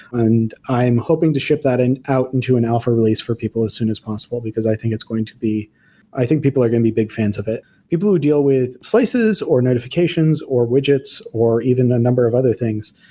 and i'm hoping to ship that and out into an alpha release for people as soon as possible, because i think it's going to be i think people are going to be big fans of it you blew a deal with slices, or notifications, or widgets, or even a number of other things,